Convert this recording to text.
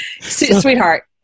sweetheart